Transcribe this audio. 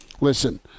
listen